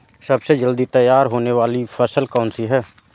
सबसे जल्दी तैयार होने वाली फसल कौन सी है?